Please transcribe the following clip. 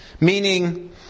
meaning